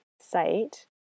site